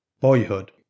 BOYHOOD